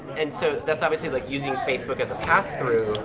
and so, that's obviously, like using facebook as a pass through,